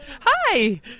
Hi